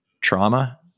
trauma